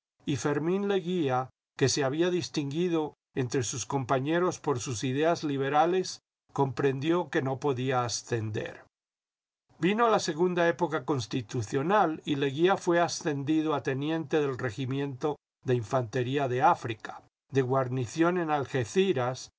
y fermín leguía que se había distinguido entre sus compañeros por sus ideas liberales comprendió que no podía ascender vino la segunda época constitucional y leguía fué ascendido a teniente del regimiento de infantería de áfrica de guarnición en